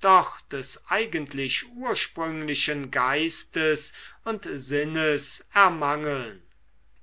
doch des eigentlich ursprünglichen geistes und sinnes ermangeln